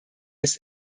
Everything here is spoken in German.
ist